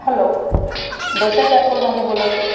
hello Dhonsa ચારકોલમાંથી બોલો છો